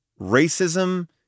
racism